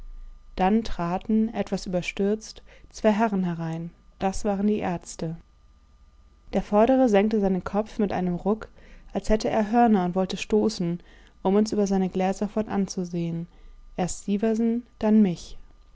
dann traten etwas überstürzt zwei herren herein das waren die ärzte der vordere senkte seinen kopf mit einem ruck als hätte er hörner und wollte stoßen um uns über seine gläser fort anzusehen erst sieversen dann mich